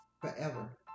Forever